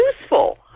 useful